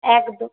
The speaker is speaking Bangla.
একদম